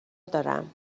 دارم